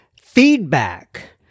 feedback